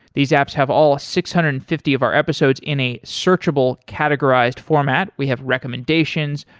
these apps have all six hundred and fifty of our episodes in a searchable categorized format. we have recommendations,